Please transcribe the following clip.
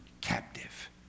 captive